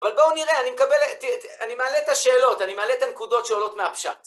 אבל בואו נראה, אני מקבל, אני מעלה את השאלות, אני מעלה את הנקודות שעולות מהפשט.